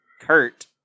Kurt